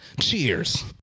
Cheers